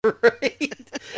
Right